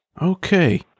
Okay